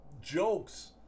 Jokes